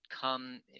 Come